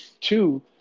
Two